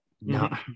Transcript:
No